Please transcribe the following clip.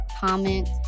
comment